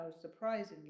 surprisingly